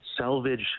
salvage